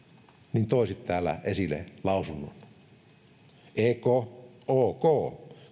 niin toisit täällä esille lausunnon ek ok